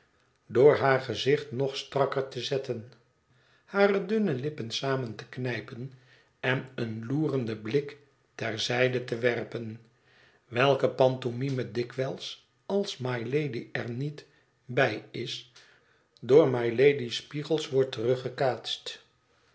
door haar gezicht nog strakker te zetten hare dunne lippen samen te knijpen en een loerenden blik ter zijde te werpen welke pantomime dikwijls als mylady er niet bij is door mylady's spiegels wordt